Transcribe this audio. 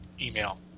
email